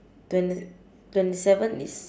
twen~ twenty seven is